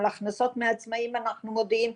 על הכנסות מעצמאים אנחנו מודעים.